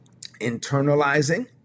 internalizing